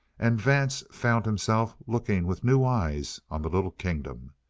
and vance found himself looking with new eyes on the little kingdom.